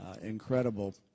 incredible